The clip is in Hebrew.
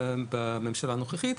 בממשלה הנוכחית.